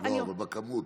אבל בכמות,